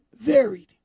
varied